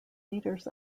leaders